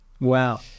wow